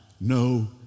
no